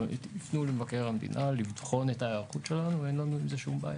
יפנו למבקר המדינה לבחון את ההיערכות שלנו ואין עם זה שום בעיה.